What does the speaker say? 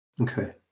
okay